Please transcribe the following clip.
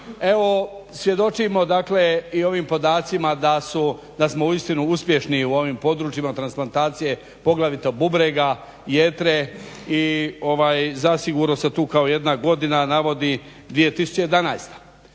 Evo svjedočimo dakle i ovim podacima da smo uistinu uspješni u ovim područjima transplantacije, poglavito bubrega, jetre i zasigurno se tu kao jedna godina navodi 2011.,